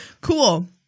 Cool